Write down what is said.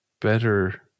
better